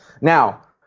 Now